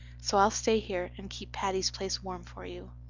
so i'll stay here and keep patty's place warm for you.